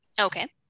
okay